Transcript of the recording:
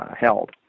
held